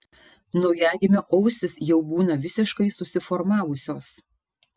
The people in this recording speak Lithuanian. naujagimio ausys jau būna visiškai susiformavusios